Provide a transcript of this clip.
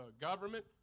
government